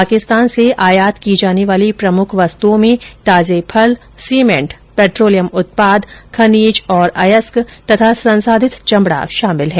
पाकिस्तान से आयात की जाने वाली प्रमुख वस्तुओं में ताजे फल सीमेंट पेट्रोलियम उत्पाद खनिज और अयस्क तथा संसाधित चमड़ा शामिल है